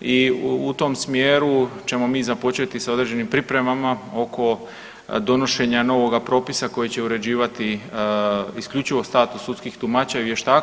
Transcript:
i u tom smjeru ćemo mi započeti sa određenim pripremama oko donošenja novoga propisa koji će uređivati isključivo status sudskih tumača i vještaka.